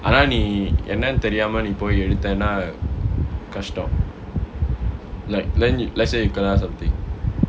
ஆனா நீ என்னனு தெரியாம நீ போய் எடுத்தனா கஷ்டம்:aanaa nee ennanu theriyaama nee poi aduthanaa kastam like lend you let's say you kena something